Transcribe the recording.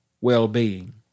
well-being